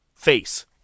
Face